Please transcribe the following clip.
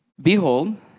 Behold